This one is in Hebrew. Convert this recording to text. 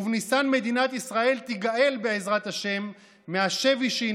ובניסן מדינת ישראל תיגאל בעזרת השם מהשבי שהיא